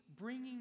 bringing